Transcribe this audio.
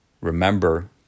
remember